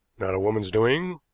not a woman's doing,